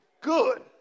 good